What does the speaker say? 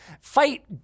fight